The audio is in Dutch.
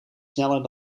sneller